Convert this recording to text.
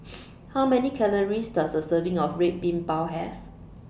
How Many Calories Does A Serving of Red Bean Bao Have